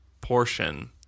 portion